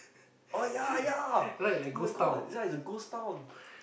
oh ya ya [oh]-my-god this one is a ghost town